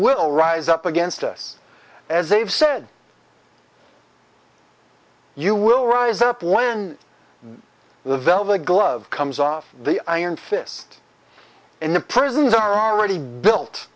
will rise up against us as they've said you will rise up land the velvet glove comes off the iron fist and the prisons are already built